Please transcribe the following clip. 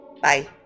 Bye